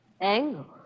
Angle